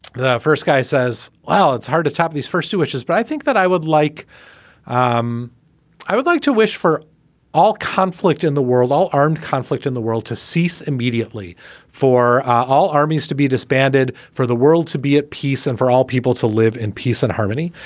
the first guy says, well, it's hard to top these first two wishes. but i think that i would like um i would like to wish for all conflict in the world, all armed conflict in the world to cease immediately for all armies to be disbanded, for the world to be at peace, and for all people to live in peace and harmony.